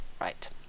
right